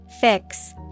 Fix